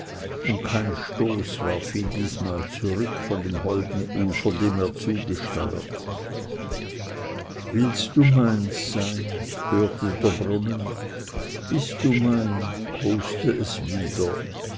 und kein stoß warf ihn diesmal zurück von dem holden ufer dem er zugesteuert willst du meins sein hörte der brunnen bist du mein koste es wieder